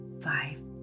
five